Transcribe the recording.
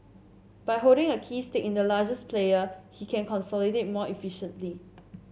by holding a key stake in the largest player he can consolidate more efficiently